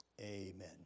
amen